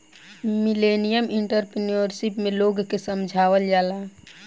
millennial entrepreneurship में लोग के समझावल जाला